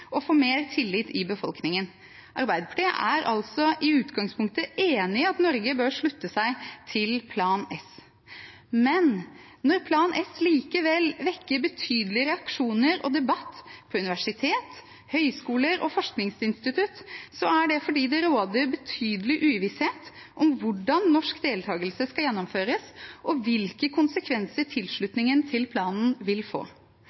mer tillit i befolkningen. Arbeiderpartiet er i utgangspunktet enig i at Norge bør slutte seg til Plan S. Men når Plan S likevel vekker betydelige reaksjoner og debatt på universitet, høyskoler og forskningsinstitutt, er det fordi det råder betydelig uvisshet om hvordan norsk deltakelse skal gjennomføres, og om hvilke konsekvenser tilslutningen til planen vil få.